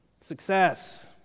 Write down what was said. success